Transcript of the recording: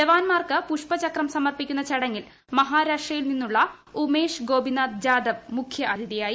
ജവാന്മാർക്ക് പുഷ്പചക്രം സമർപ്പിക്കുന്ന ചടങ്ങിൽ മഹാരാഷ്ട്രയിൽ നിന്നുള്ള ഉമേഷ് ഗോപിനാഥ് ജാദവ് മുഖ്യാതിഥിയായി